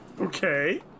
Okay